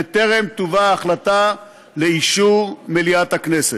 בטרם תובא ההחלטה לאישור מליאת הכנסת.